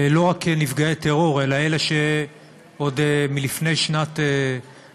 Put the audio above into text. לא רק נפגעי טרור אלא אלה שעוד לפני שנת 2000,